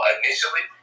initially